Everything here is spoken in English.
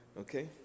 Okay